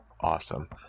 Awesome